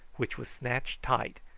which was snatched tight,